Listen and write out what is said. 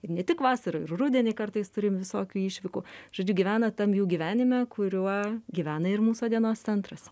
ir ne tik vasarą ir rudenį kartais turim visokių išvykų žodžiu gyvena tam jų gyvenime kuriuo gyvena ir mūsų dienos centras